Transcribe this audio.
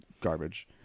garbage